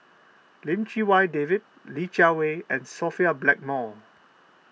Lim Chee Wai David Li Jiawei and Sophia Blackmore